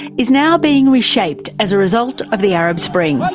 is now being reshaped as a result of the arab spring.